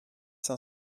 cinq